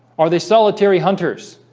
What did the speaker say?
are they solitary hunters